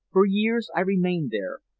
for years i remained there,